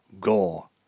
Gore